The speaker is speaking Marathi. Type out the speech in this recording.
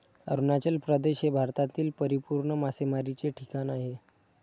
अरुणाचल प्रदेश हे भारतातील परिपूर्ण मासेमारीचे ठिकाण आहे